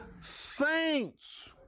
saints